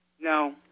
No